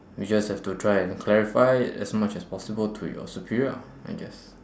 we just have to try and clarify it as much as possible to you superior ah I guess